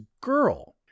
girl